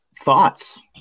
Thoughts